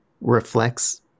reflects